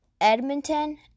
Edmonton